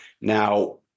Now